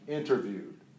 interviewed